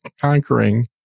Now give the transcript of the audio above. conquering